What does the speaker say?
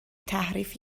تحریف